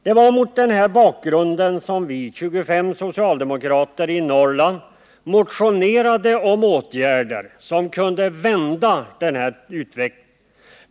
Det var mot den bakgrunden som vi — 25 socialdemokrater i Norrland — motionerade om åtgärder som kunde vända denna utveckling.